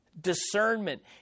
discernment